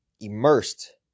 immersed